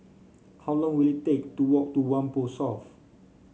how long will it take to walk to Whampoa South